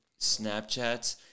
Snapchats